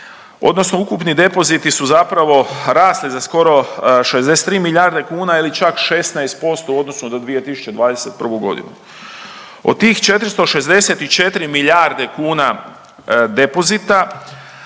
odnosno ukupni depoziti su zapravo rasli za skoro 63 milijarde kuna ili čak 16% u odnosu na 2021. godinu. Od tih 464 milijarde kuna depozita